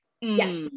yes